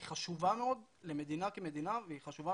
היא חשובה מאוד למדינה כמדינה והיא חשובה